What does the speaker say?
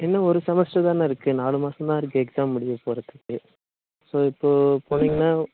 இன்னும் ஒரு செமஸ்டர் தானே இருக்குது நாலு மாசந்தான் இருக்குது எக்ஸாம் முடிய போறதுக்கு ஸோ இப்போது போனீங்கன்னா